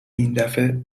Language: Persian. ایندفعه